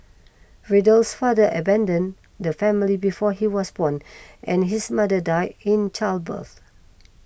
Riddle's father abandoned the family before he was born and his mother died in childbirth